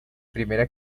primera